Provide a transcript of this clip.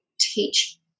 teach